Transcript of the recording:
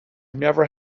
never